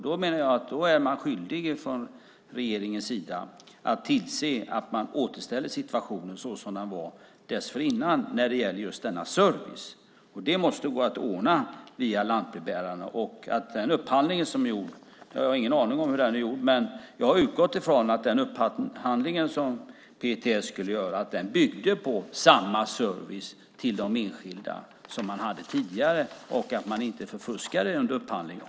Då menar jag att man från regeringens sida är skyldig att se till att man återställer denna service till vad den var dessförinnan. Det måste gå att ordna det via lantbrevbärarna. Jag har utgått från att den upphandling som PTS skulle göra byggde på att de enskilda skulle få samma service som tidigare och att man inte förfuskade under upphandlingen.